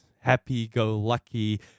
happy-go-lucky